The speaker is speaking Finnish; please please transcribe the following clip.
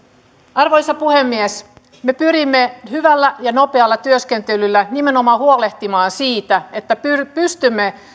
arvoisa puhemies me pyrimme hyvällä ja nopealla työskentelyllä nimenomaan huolehtimaan siitä että pystymme